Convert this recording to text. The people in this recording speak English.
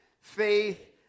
Faith